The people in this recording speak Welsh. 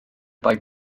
bai